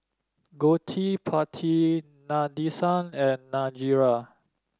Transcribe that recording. Gottipati Nadesan and Niraj